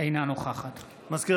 אינה נוכחת מזכיר